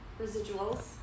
residuals